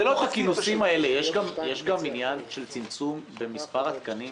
בנושאים האלה יש גם עניין של צמצום במספר התקנים